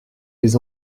les